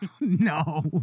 No